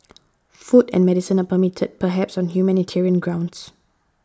food and medicine are permitted perhaps on humanitarian grounds